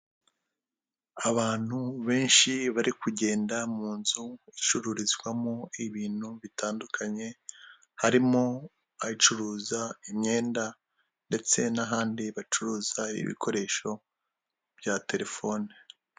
Abantu benshi bari kugenda, mu inzu icururizwamo ibintu bitandukanye, harimo acuruza imyenda, ndetse n'ahandi bacuruza ibikoresho bya telefone.